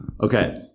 okay